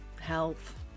health